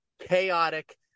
chaotic